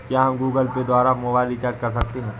क्या हम Google Pay द्वारा मोबाइल रिचार्ज कर सकते हैं?